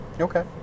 Okay